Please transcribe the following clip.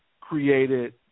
created